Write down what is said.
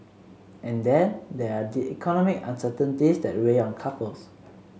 and then there are economic uncertainties that weigh on couples